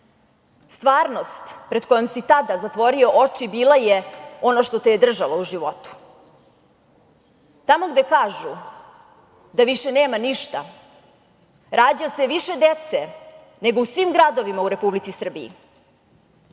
Stvarnost pred kojom si tada zatvorio oči bila je ono što te je držalo u životu. Tamo gde kažu da više nema ništa, rađa se više dece nego u svim gradovima u Republici Srbiji.